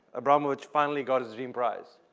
abramovich finally got his dream prize.